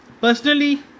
personally